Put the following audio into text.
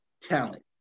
talent